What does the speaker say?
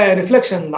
reflection